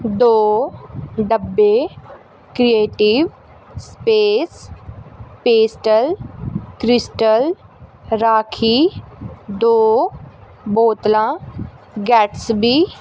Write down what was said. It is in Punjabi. ਦੋ ਡੱਬੇ creative space pastel crystal Rakhi ਦੋ ਬੋਤਲਾਂ ਗੈਟਸਬੀ